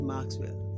Maxwell